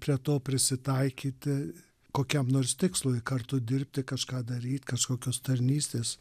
prie to prisitaikyti kokiam nors tikslui kartu dirbti kažką daryt kažkokios tarnystės